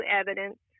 evidence